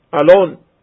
alone